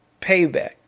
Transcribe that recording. payback